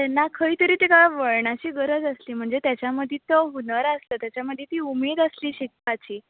तेन्ना खंयतरी ताका वळणाची गरज आसली म्हणजे ताच्या मदी तो हुनर आसलो ताच्या मदीं ती उमेद आसली शिकपाची